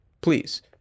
please